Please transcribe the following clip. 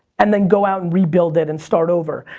and then go out and rebuild it and start over.